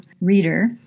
reader